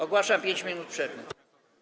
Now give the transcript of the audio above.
Ogłaszam 5 minut przerwy.